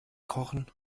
kochen